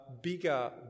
bigger